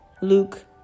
Luke